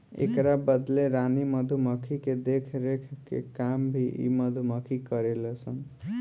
एकरा बदले रानी मधुमक्खी के देखरेख के काम भी इ मधुमक्खी करेले सन